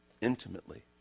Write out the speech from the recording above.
intimately